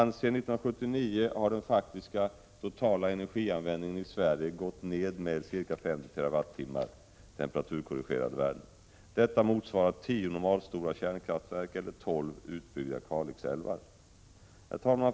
Sedan 1979 har den faktiska totala energianvändningen i Sverige gått ned med ca 50 TWh . Detta motsvarar tio normalstora kärnkraftverk eller tolv utbyggda Kalixälvar. Herr talman!